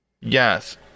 Yes